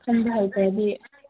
ꯈꯟꯕ ꯍꯩꯇ꯭ꯔꯗꯤ